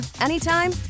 anytime